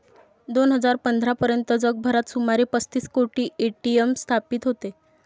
दोन हजार पंधरा पर्यंत जगभरात सुमारे पस्तीस कोटी ए.टी.एम स्थापित होते